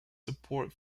support